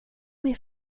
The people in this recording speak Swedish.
mig